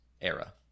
era